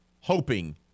hoping